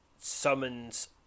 summons